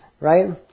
right